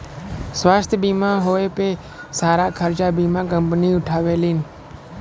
स्वास्थ्य बीमा होए पे सारा खरचा बीमा कम्पनी उठावेलीन